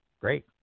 Great